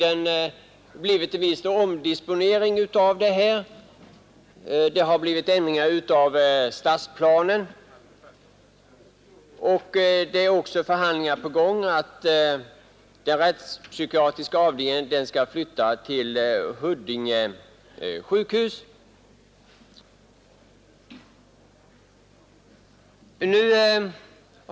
En omdisponering har nu skett. Stadsplanen har ändrats. Förhandlingar pågår om att den rättspsykiatriska kliniken skall flytta till Huddinge sjukhus.